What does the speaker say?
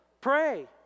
pray